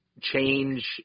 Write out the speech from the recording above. change